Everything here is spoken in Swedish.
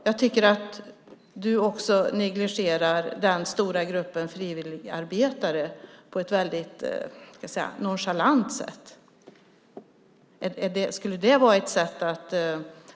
Jag tycker att du, Fredrik Schulte, också negligerar den stora gruppen frivilligarbetare, att du behandlar den på ett väldigt nonchalant sätt.